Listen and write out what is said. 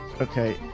Okay